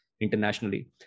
internationally